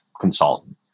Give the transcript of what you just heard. consultant